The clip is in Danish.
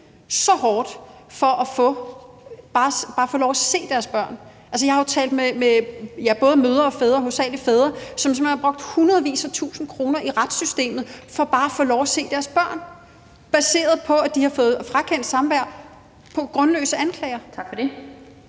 så hårdt for bare at få lov at se deres børn. Jeg har talt med både mødre og fædre, hovedsagelig fædre, som har brugt hundredtusindvis af kroner i retssystemet for bare at få lov at se deres børn, baseret på, at de har fået frakendt samvær på grundløse anklager. Kl.